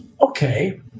okay